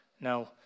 Now